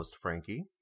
frankie